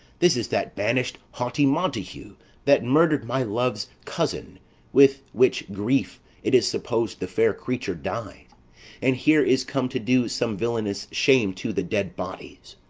this is that banish'd haughty montague that murd'red my love's cousin with which grief it is supposed the fair creature died and here is come to do some villanous shame to the dead bodies.